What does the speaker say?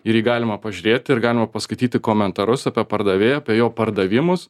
ir jį galima pažiūrėt ir galima paskaityti komentarus apie pardavėją apie jo pardavimus